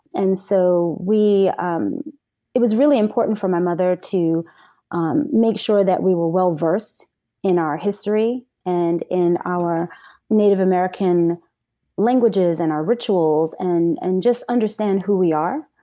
and so um it was really important for my mother to um make sure that we were well versed in our history and in our native american languages and our rituals and and just understand who we are.